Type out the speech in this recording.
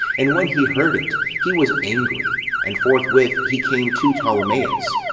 and when he heard it, he was angry and forthwith he came to ptolemais,